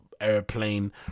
airplane